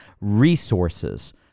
resources